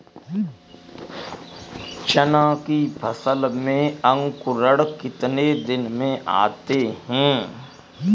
चना की फसल में अंकुरण कितने दिन में आते हैं?